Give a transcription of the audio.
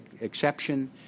exception